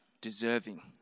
deserving